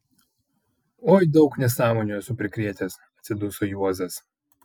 oi daug nesąmonių esu prikrėtęs atsiduso juozas